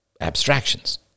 abstractions